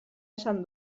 esan